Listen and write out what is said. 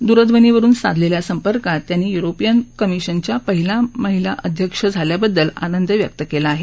द्रध्वनीवरुन साधलेल्या संपर्कात त्यांनी युरोपियन कमिशनच्या पहिल्या महिला अध्यक्ष झाल्याबद्दलही आनंद व्यक्त केला आहे